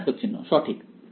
ঋণাত্মক চিহ্ন সঠিক